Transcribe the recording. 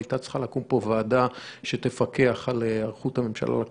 הייתה צריכה לקום פה ועדה שתפקח על היערכות הממשלה על הקורונה,